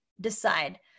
decide